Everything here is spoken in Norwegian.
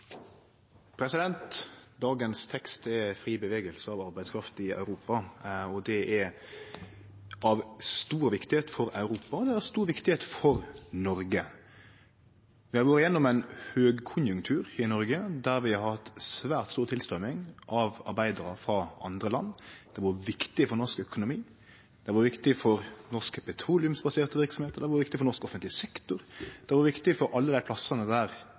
fri bevegelse av arbeidskraft i Europa. Det er av stor viktigheit for Europa, og det er av stor viktigheit for Noreg. Vi har vore gjennom ein høgkonjunktur i Noreg, der vi har hatt svært stor tilstrømming av arbeidarar frå andre land. Det har vore viktig for norsk økonomi, det har vore viktig for norske petroleumsbaserte verksemder, det har vore viktig for norsk offentleg sektor – det har vore viktig for alle dei plassane der